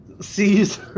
sees